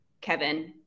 Kevin